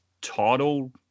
title